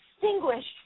distinguished